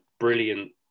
brilliant